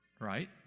right